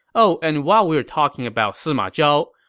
oh and while we are talking about sima zhao,